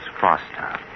Foster